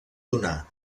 donar